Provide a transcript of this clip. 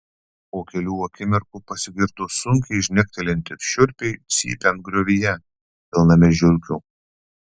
po kelių akimirkų pasigirdo sunkiai žnektelint ir šiurpiai cypiant griovyje pilname žiurkių